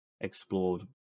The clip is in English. explored